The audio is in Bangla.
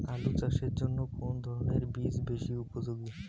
আলু চাষের জন্য কোন ধরণের বীজ বেশি উপযোগী?